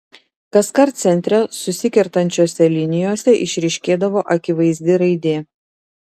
kaskart centre susikertančiose linijose išryškėdavo akivaizdi raidė